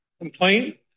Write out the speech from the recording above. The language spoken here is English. complaint